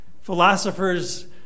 Philosophers